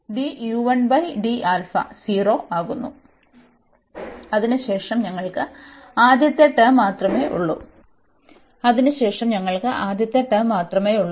അതിനുശേഷം ഞങ്ങൾക്ക് ആദ്യത്തെ ടേം മാത്രമേയുള്ളൂ